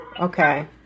Okay